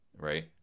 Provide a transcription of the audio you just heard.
Right